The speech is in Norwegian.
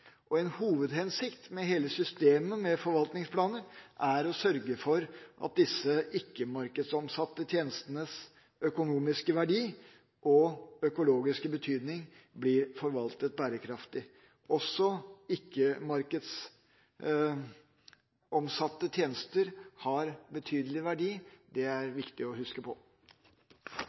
velferd. En hovedhensikt med hele systemet med forvaltningsplaner er å sørge for at disse ikke-markedsomsatte tjenestenes økonomiske verdi og økologiske betydning blir forvaltet bærekraftig. Også ikke-markedsomsatte tjenester har betydelig verdi. Det er viktig å huske på.